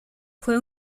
fue